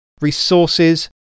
resources